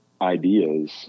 ideas